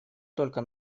только